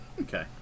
Okay